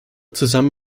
zusammen